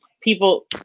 people